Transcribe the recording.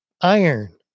iron